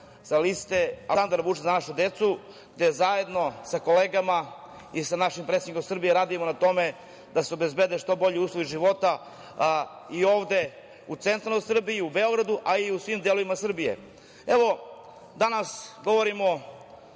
sa liste Aleksandar Vučić – Za našu decu, gde zajedno sa kolegama i sa našim predsednikom Srbije radimo na tome da se obezbede što bolji uslovi života i ovde u centralnoj Srbiji i u Beogradu a i u svim delovima Srbije. Evo danas govorimo,